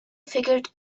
figured